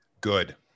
good